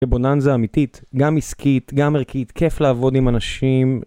שבוננזה אמיתית, גם עסקית, גם ערכית, כיף לעבוד עם אנשים.